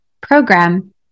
program